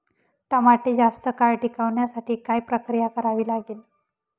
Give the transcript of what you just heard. टमाटे जास्त काळ टिकवण्यासाठी काय प्रक्रिया करावी लागेल?